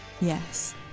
Yes